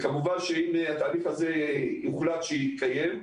כמובן שאם יוחלט שזה התהליך שיתקיים,